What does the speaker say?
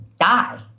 die